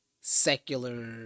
secular